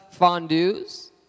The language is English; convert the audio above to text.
fondues